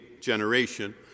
generation